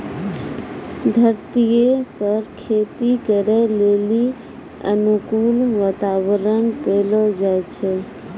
धरतीये पर खेती करै लेली अनुकूल वातावरण पैलो जाय छै